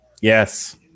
Yes